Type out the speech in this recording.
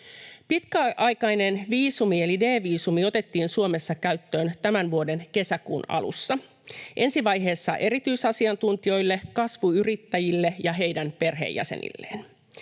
viisumi eli D-viisumi otettiin Suomessa käyttöön tämän vuoden kesäkuun alussa, ensi vaiheessa erityisasiantuntijoille, kasvuyrittäjille ja heidän perheenjäsenilleen.